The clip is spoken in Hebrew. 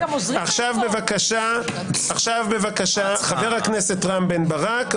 עכשיו בבקשה, חבר הכנסת רם בן ברק.